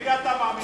למי אתה מאמין?